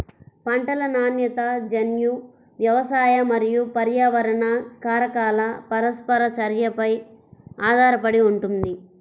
పంటల నాణ్యత జన్యు, వ్యవసాయ మరియు పర్యావరణ కారకాల పరస్పర చర్యపై ఆధారపడి ఉంటుంది